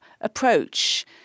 approach